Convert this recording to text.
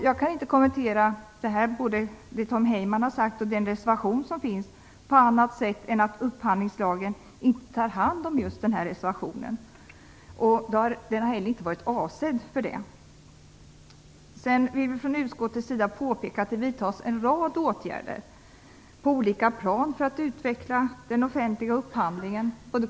Jag kan inte kommentera det Tom Heyman har sagt och den reservation som finns på annat sätt än att upphandlingslagen inte tar hand om just den här reservationen. Den har inte heller varit avsedd för det. Från utskottets sida vill vi påpeka att det vidtas en rad åtgärder på olika plan för att utveckla den offentliga upphandlingen.